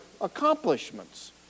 accomplishments